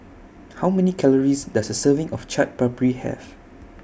How Many Calories Does A Serving of Chaat Papri Have